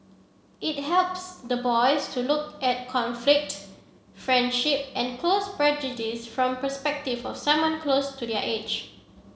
it helps the boys to look at conflict friendship and prejudice from perspective of someone close to their age